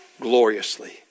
gloriously